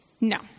No